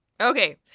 Okay